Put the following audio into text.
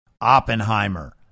Oppenheimer